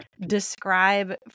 describe